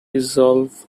resolve